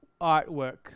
artwork